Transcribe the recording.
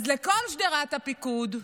אז לכל שדרת הפיקוד,